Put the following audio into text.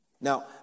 Now